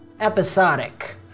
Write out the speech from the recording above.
episodic